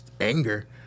anger